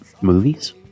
Movies